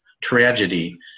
tragedy